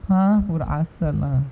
!huh! ஒரு ஆச:oru aasa lah